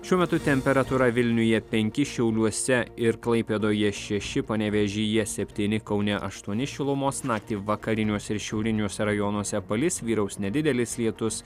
šiuo metu temperatūra vilniuje penki šiauliuose ir klaipėdoje šeši panevėžyje septyni kaune aštuoni šilumos naktį vakariniuose ir šiauriniuose rajonuose palis vyraus nedidelis lietus